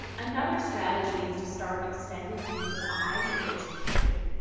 another strategy is to start extended use of eye and face protection,